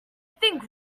think